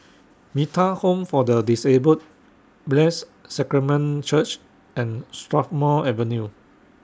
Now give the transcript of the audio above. Metta Home For The Disabled Blessed Sacrament Church and Strathmore Avenue